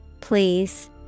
Please